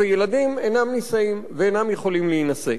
וילדים אינם נישאים ואינם יכולים להינשא.